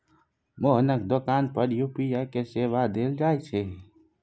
मोहनक दोकान पर यू.पी.आई केर सेवा देल जाइत छै